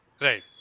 Right